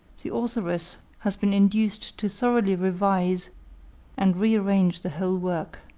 the authoress has been induced to thoroughly revise and re-arrange the whole work.